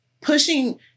pushing